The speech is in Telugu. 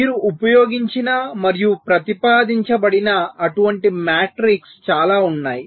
మీరు ఉపయోగించిన మరియు ప్రతిపాదించబడిన అటువంటి మాట్రిక్స్ చాలా ఉన్నాయి